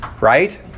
right